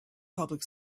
public